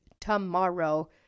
tomorrow